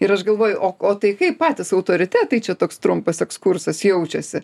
ir aš galvoju o o tai kaip patys autoritetai čia toks trumpas ekskursas jaučiasi